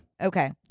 Okay